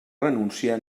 renúncia